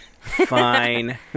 Fine